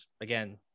again